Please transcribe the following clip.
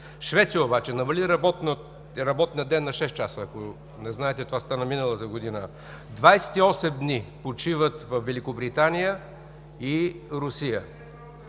Швеция обаче намали работния ден на шест часа. Ако не знаете, това стана миналата година. 28 дни почиват във Великобритания и Русия.